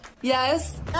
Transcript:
Yes